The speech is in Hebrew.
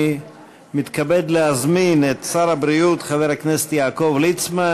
אני מתכבד להזמין את שר הבריאות חבר הכנסת יעקב ליצמן